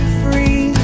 free